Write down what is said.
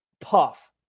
puff